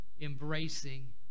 Embracing